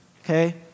Okay